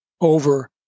over